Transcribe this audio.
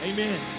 Amen